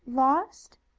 lost?